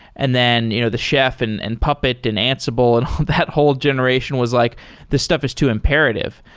and then you know the chef and and puppet and ansible, and that whole generation was like this stuff is too imperative.